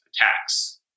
attacks